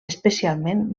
especialment